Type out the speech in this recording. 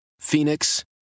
Phoenix